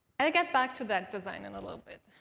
and get back to that design in a little bit.